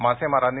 मासेमारांनी